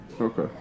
Okay